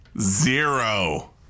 zero